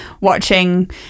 watching